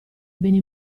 beni